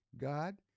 God